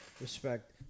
Respect